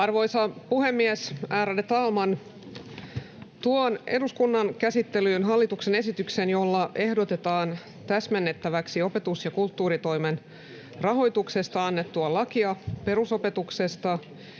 Arvoisa puhemies, ärade talman! Tuon eduskunnan käsittelyyn hallituksen esityksen, jolla ehdotetaan täsmennettäväksi opetus- ja kulttuuritoimen rahoituksesta annettua lakia perusopetuksesta